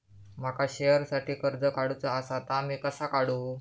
माका शेअरसाठी कर्ज काढूचा असा ता मी कसा काढू?